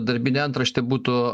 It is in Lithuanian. darbinė antraštė būtų